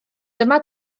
dyma